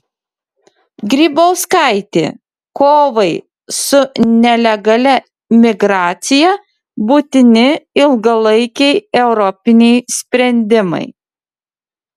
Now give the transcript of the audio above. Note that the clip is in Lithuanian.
grybauskaitė kovai su nelegalia migracija būtini ilgalaikiai europiniai sprendimai